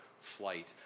flight